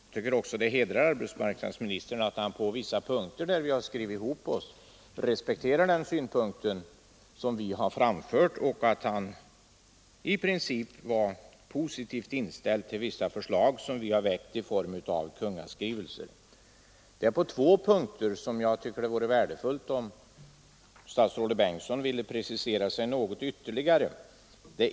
Jag tycker att det hedrar arbetsmarknadsministern att han på punkter där vi har skrivit ihop oss respekterar utskottets synpunkter och att han i princip är positivt inställd till vissa förslag som utskottet anser att riksdagen skall skriva till Kungl. Maj:t om. Det finns två punkter där jag tycker att det vore värdefullt om statsrådet Bengtsson ville precisera sig ytterligare något.